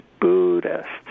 Buddhists